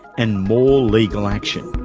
and more legal action.